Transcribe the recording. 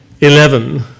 Eleven